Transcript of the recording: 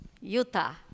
Utah